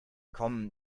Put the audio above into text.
komm